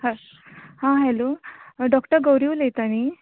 ह हा हेलो डॉ गौरी उलयता न्ही